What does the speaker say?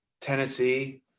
Tennessee